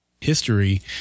history